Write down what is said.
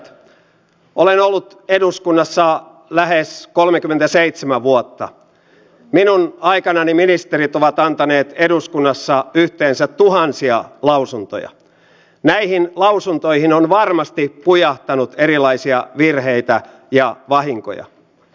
niiden mukaan varkaudet ja törkeiden varkauksien määrät olivat kasvaneet viimeisten viiden vuoden aikana viidenneksen ja olisikin mielenkiintoista seurata myös tulevaisuudessa mihinkä suuntaan nämä rikostilastot alkavat menemään